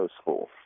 School